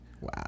Wow